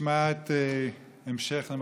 חבר הכנסת ישראל אייכלר, בבקשה.